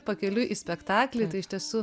pakeliui į spektaklį tai iš tiesų